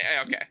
Okay